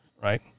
Right